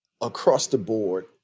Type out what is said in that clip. across-the-board